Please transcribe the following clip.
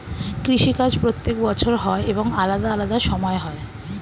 কৃষি কাজ প্রত্যেক বছর হয় এবং আলাদা আলাদা সময় হয়